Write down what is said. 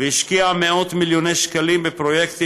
והשקיע מאות מיליוני שקלים בפרויקטים